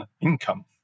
income